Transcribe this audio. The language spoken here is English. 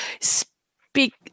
speak